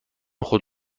خود